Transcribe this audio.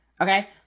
Okay